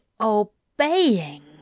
obeying